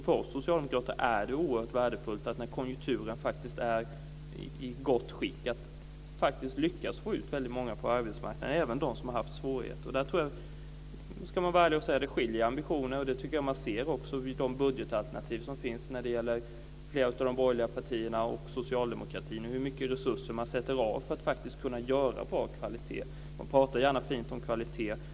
För oss socialdemokrater är det oerhört värdefullt när konjunkturen är i gott skick att lyckas få ut väldigt många på arbetsmarknaden, och även dem som har haft svårigheter. Där ska man vara ärlig och säga att det skiljer i ambition. Det tycker jag att man ser i de budgetalternativ som finns hos flera av de borgerliga partierna och i socialdemokraternas alternativ och i hur mycket resurser man avsätter för att kunna ha en bra kvalitet. Man pratar gärna fint om kvalitet.